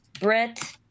brett